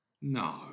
No